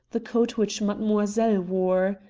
the coat which mademoiselle wore.